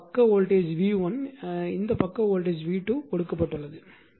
இந்த பக்க voltage v1 இந்த பக்க வோல்டேஜ் v2 கொடுக்கப்பட்டுள்ளது